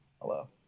hello